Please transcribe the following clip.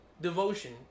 devotion